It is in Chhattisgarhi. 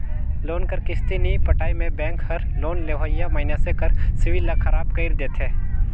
लोन कर किस्ती नी पटाए में बेंक हर लोन लेवइया मइनसे कर सिविल ल खराब कइर देथे